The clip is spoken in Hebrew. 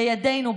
לידנו,